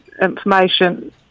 information